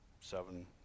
seven